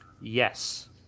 Yes